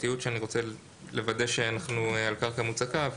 והשלישית עם טענות של פרטיות שאני רוצה לוודא שאנחנו על קרקע מוצקה.